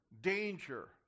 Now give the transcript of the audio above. danger